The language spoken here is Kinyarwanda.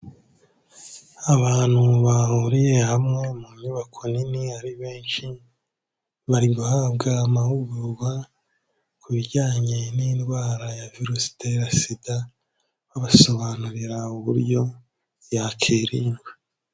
Abantu bahuriye hamwe mu nyubako nini ari benshi, bari guhabwa amahugurwa ku bijyanye n'indwara ya virusi itera sida babasobanurira uburyo yakirindwa.